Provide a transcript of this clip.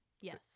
Yes